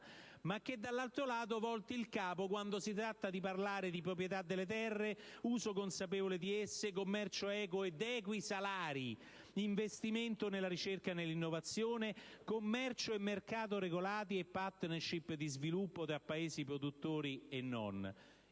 rispetta) salvo poi voltare il capo quando si tratta di parlare di proprietà delle terre, uso consapevole di esse, commercio equo ed equi salari, investimento nella ricerca e nell'innovazione, commercio e mercato regolati e*partnership* di sviluppo tra Paesi produttori e non.